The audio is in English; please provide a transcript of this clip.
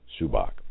Subak